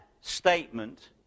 statement